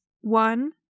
one